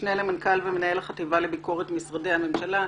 משנה למנכ"ל ומנהל החטיבה לביקורת משרדי הממשלה.